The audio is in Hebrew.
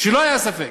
כשלא היה ספק.